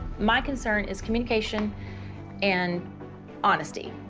my concern is communication and honesty.